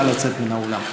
נא לצאת מן האולם.